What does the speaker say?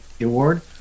award